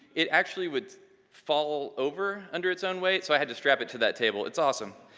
it actually would fall over under it's own weight, so i had to strap it to that table. it's awesome.